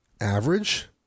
average